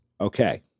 okay